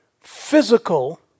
physical